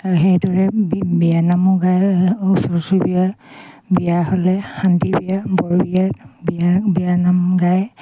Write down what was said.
আৰু সেইদৰে বিয়ানামো গায় ওচৰ চুবুৰীয়া বিয়া হ'লে শান্তি বিয়া বৰ বিয়াত বিয়া বিয়ানাম গায়